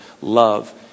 love